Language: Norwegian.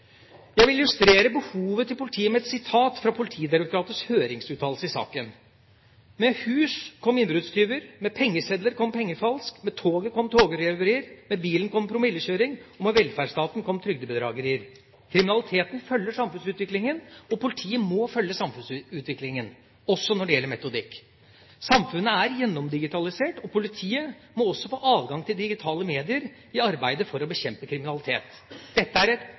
Jeg vil illustrere behovet til politiet med et sitat fra Politidirektoratets høringsuttalelse i saken: «Med hus kom innbruddstyver, med pengesedler kom pengefalsk, med toget kom togrøverier, med bilen kom promillekjøring og med velferdsstaten kom trygdebedragerier.» Kriminaliteten følger samfunnsutviklingen, og politiet må følge samfunnsutviklingen, også når det gjelder metodikk. Samfunnet er gjennomdigitalisert, og politiet må også få adgang til digitale medier i arbeidet for å bekjempe kriminalitet. Dette er